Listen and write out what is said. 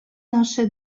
наше